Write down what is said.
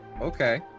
Okay